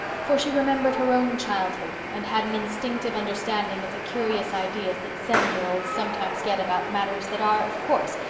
for she remembered her own childhood and had an instinctive understanding of the curious ideas that seven-year-olds sometimes get about matters that are, of course,